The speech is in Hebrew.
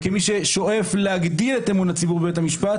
וכמי ששואף להגדיל את אמון הציבור בבית המשפט.